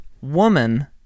woman